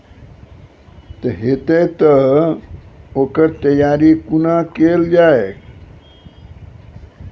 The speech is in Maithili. हेतै तअ ओकर तैयारी कुना केल जाय?